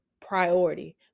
priority